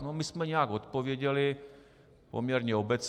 No, my jsme nějak odpověděli, poměrně obecně.